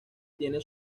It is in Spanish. tiene